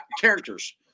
characters